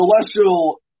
celestial